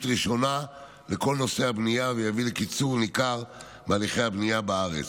ראשונה לכל נושא הבנייה ויביא לקיצור ניכר בהליכי הבנייה בארץ.